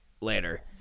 later